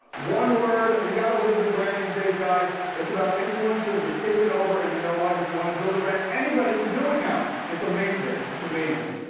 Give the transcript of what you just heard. one word. you gotta live the brand these days guys. it's about influencers are taking over and you know what if you want to build a brand anybody could do it now. it's amazing. it's amazing.